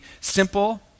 simple